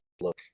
look